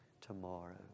tomorrow